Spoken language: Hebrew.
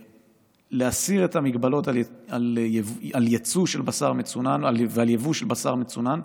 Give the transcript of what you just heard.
להסיר את המגבלות על יצוא של בשר מצונן ועל יבוא של בשר מצונן,